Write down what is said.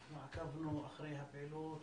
אנחנו עקבנו אחרי הפעילות